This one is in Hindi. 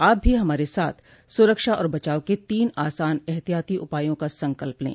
आप भी हमारे साथ सुरक्षा और बचाव के तीन आसान एहतियाती उपायों का संकल्प लें